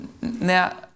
Now